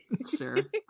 sir